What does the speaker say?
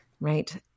Right